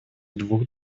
двух